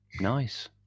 Nice